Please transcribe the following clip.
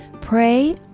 Pray